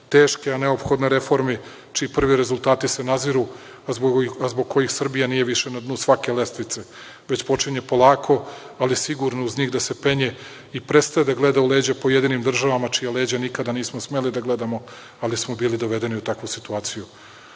teške a neophodne reforme čiji se prvi rezultati naziru a zbog kojih Srbija nije više na dnu svake lestvice, već počinje polako, ali sigurno uz njih da se penje i prestaje da gleda u leđa pojedinim državama, čija leđa nikada nismo smeli da gledamo, ali smo bili dovedeni u takvu situaciju. Pred